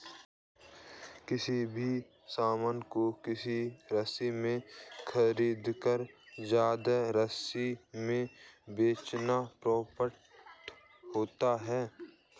किसी भी सामान को किसी राशि में खरीदकर ज्यादा राशि में बेचना प्रॉफिट होता है